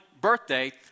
birthday